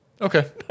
Okay